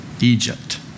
Egypt